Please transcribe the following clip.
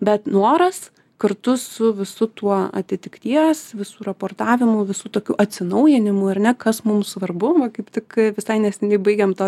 bet noras kartu su visu tuo atitikties visu raportavimu visų tokių atsinaujinimų ar ne kas mum svarbu va kaip tik visai neseniai baigėm to